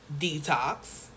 detox